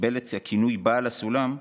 קיבל את הכינוי "בעל הסולם"